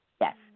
Yes